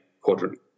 quadrant